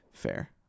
fair